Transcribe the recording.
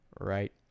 right